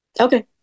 Okay